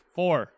four